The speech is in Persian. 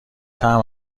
طعم